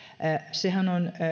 sehän on